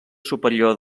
superior